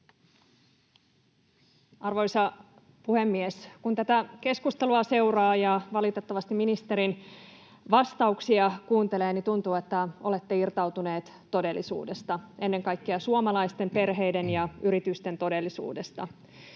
Arvoisa puhemies! Kun tätä keskustelua seuraa ja valitettavasti ministerin vastauksia kuuntelee, niin tuntuu, että olette irtautunut todellisuudesta, ennen kaikkea suomalaisten perheiden ja yritysten todellisuudesta.